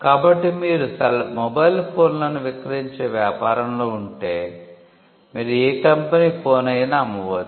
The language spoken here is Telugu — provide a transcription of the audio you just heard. కాబట్టి మీరు మొబైల్ ఫోన్లను విక్రయించే వ్యాపారంలో ఉంటే మీరు ఏ కంపెనీ ఫోన్ అయినా అమ్మవచ్చు